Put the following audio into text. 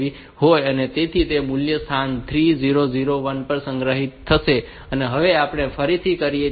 તેથી તે મૂલ્ય સ્થાન 3001 પર સંગ્રહિત થશે અને હવે આપણે ફરીથી કરીએ છીએ